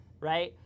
right